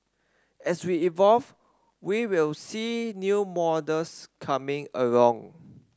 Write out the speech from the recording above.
as we evolve we will see new models coming along